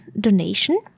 donation